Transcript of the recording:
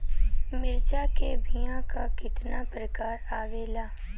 मिर्चा के बीया क कितना प्रकार आवेला?